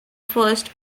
first